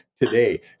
today